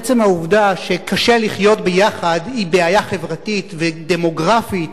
עצם העובדה שקשה לחיות ביחד הוא בעיה חברתית ודמוגרפית.